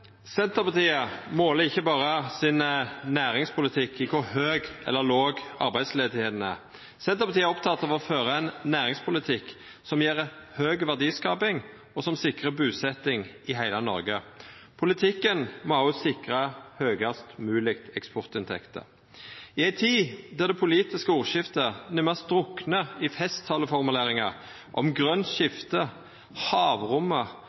Senterpartiet måler ikkje berre sin næringspolitikk i kor høg eller låg arbeidsløysa er. Senterpartiet er oppteke av å føra ein næringspolitikk som gjev høg verdiskaping, og som sikrar busetjing i heile Noreg. Politikken må òg sikra høgast moglege eksportinntekter. I ei tid der det politiske ordskiftet nærmast druknar i festtaleformuleringar om grønt skifte, havrommet